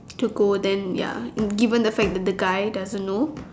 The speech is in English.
to go then ya given the fact the the guy doesn't know